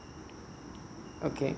okay